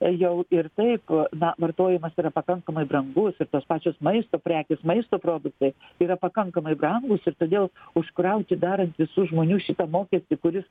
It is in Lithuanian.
jau ir taip na vartojimas yra pakankamai brangus ir tos pačios maisto prekės maisto produktai yra pakankamai brangūs ir todėl užkrauti dar ant visų žmonių šitą mokestį kuris